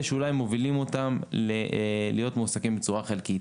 שאולי מובילים אותם להיות מועסקים בצורה חלקית.